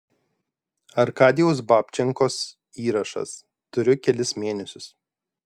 arkadijaus babčenkos įrašas turiu kelis mėnesius